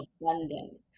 abundance